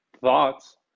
thoughts